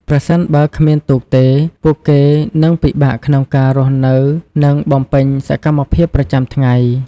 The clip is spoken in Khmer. ប្រសិនបើគ្មានទូកទេ ពួកគេនឹងពិបាកក្នុងការរស់នៅនិងបំពេញសកម្មភាពប្រចាំថ្ងៃ។